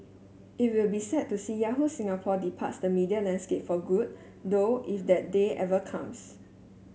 it will be sad to see Yahoo Singapore departs the media landscape for good though if that day ever comes